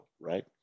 right